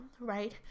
right